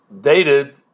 dated